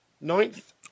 Ninth